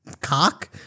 Cock